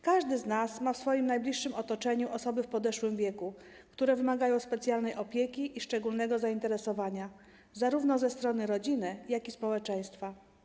Każdy z nas ma w swoim najbliższym otoczeniu osoby w podeszłym wieku, które wymagają specjalnej opieki i szczególnego zainteresowania zarówno ze strony rodziny, jak i społeczeństwa.